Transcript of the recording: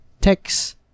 text